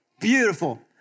Beautiful